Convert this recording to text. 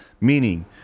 meaning